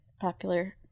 popular